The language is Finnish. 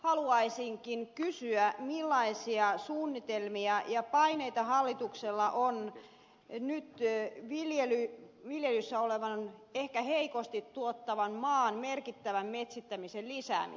haluaisinkin kysyä millaisia suunnitelmia ja paineita hallituksella on nyt viljelyssä olevan ehkä heikosti tuottavan maan merkittävän metsittämisen lisäämiseksi